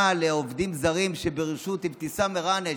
לעובדים זרים בראשות אבתיסאם מראענה.